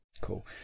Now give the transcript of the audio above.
cool